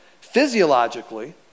physiologically